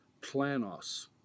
planos